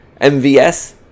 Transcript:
MVS